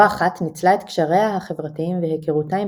לא אחת ניצלה את קשריה החברתיים והיכרותה עם